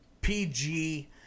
pg